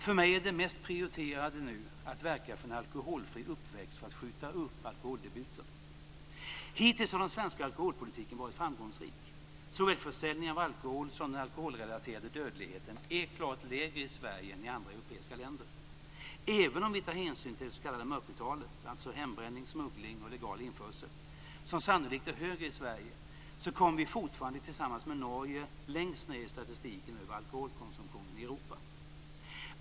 För mig är det mest prioriterade nu att verka för en alkoholfri uppväxt för att skjuta upp alkoholdebuten. Hittills har den svenska alkoholpolitiken varit framgångsrik. Såväl försäljningen av alkohol som den alkoholrelaterade dödligheten är klart lägre i Sverige än i andra europeiska länder. Även om vi tar hänsyn till det s.k. mörkertalet, alltså hembränning, smuggling och illegal införsel, som sannolikt är högre i Sverige, kommer vi fortfarande tillsammans med Norge längst ned i statistiken över alkoholkonsumtionen i Europa.